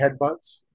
headbutts